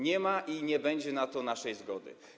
Nie ma i nie będzie na to naszej zgody.